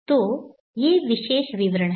तो ये विशेष विवरण हैं